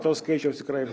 to skaičiaus tikrai